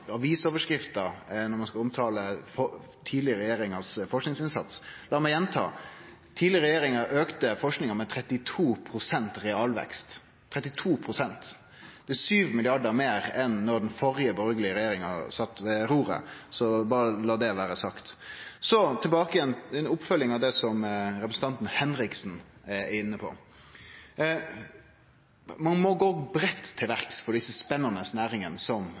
når vi skal omtale tidlegare regjeringars forskingsinnsats. Lat meg gjenta: Den tidlegare regjeringa auka forskinga med 32 pst. realvekst – 32 pst. Det er 7 mrd. kr meir enn da den førre borgarlege regjeringa satt ved roret. Berre lat det vere sagt. Så til ei oppfølging av det representanten Henriksen var inne på. Ein må gå breitt til verks for desse spennande næringane som